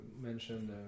mentioned